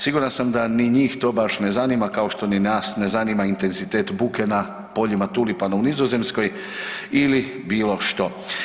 Siguran sam da ni njih to baš ne zanima kao što ni nas ne zanima intenzitet buke na poljima tulipana u Nizozemskoj ili bilo što.